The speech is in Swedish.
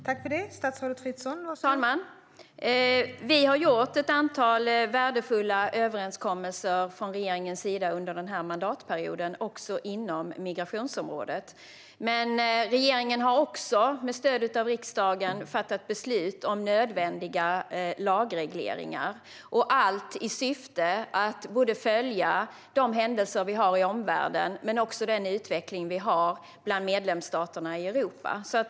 Fru talman! Vi i regeringen har gjort ett antal värdefulla överenskommelser under denna mandatperiod, också inom migrationsområdet, men regeringen har också med stöd av riksdagen fattat beslut om nödvändiga lagregleringar, allt i syfte att följa de händelser vi har i omvärlden men också utvecklingen bland medlemsstaterna i Europa.